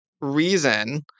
reason